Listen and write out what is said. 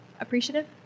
appreciative